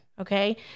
okay